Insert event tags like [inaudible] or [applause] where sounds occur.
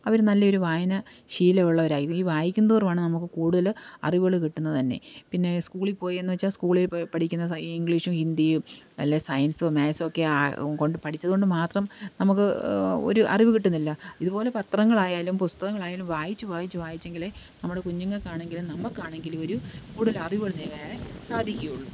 അവര് നല്ലയൊരു വായനാ ശീലമുള്ളവരായി ഈ വായിക്കും തോറുമാണ് നമുക്ക് കൂടുതല് അറിവുകള് കിട്ടുന്നത് തന്നെ പിന്നെ സ്കൂളില് പോയെന്നു വെച്ചാല് സ്കൂളില് പോയി പഠിക്കുന്ന ഇംഗ്ലീഷും ഹിന്ദിയും വല്ല സയിൻസോ മാത്സോ ഒക്കെ കൊണ്ട് പഠിച്ചതുകൊണ്ട് മാത്രം നമുക്ക് ഒരു അറിവ് കിട്ടുന്നില്ല ഇതുപോലെ പത്രങ്ങളായാലും പുസ്തകങ്ങളായതും വായിച്ച് വായിച്ച് വായിച്ചെങ്കിലേ നമ്മുടെ കുഞ്ഞുങ്ങള്ക്കാണെങ്കിലും നമുക്കാണെങ്കിലും ഒരു കൂടുതൽ അറിവുകൾ [unintelligible] സാധിക്കുകയുള്ളു